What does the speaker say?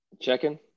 Checking